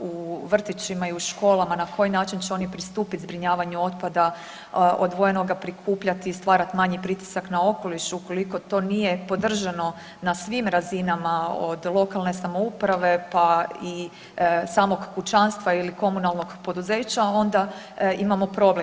u vrtićima i u školama na koji način će oni pristupiti zbrinjavanju otpada, odvojeno ga prikupljati i stvarati manji pritisak na okoliš, ukoliko to nije podržano na svim razinama, od lokalne samouprave pa i samog kućanstva ili komunalnog poduzeća, onda imamo problem.